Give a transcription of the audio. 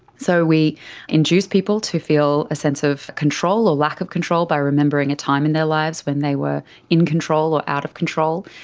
so we induce people to feel a sense of control or lack of control by remembering a time in their lives when they were in control or out of control,